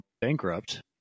bankrupt